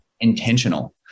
intentional